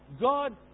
God